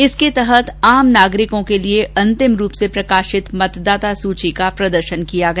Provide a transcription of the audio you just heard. इसके तहत आम नागरिको के लिए अन्तिम रूप से प्रकाशित मतदाता सूची का प्रदर्शन किया गया